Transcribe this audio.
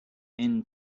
end